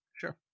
Sure